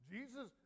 Jesus